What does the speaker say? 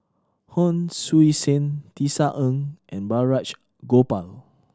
Hon Sui Sen Tisa Ng and Balraj Gopal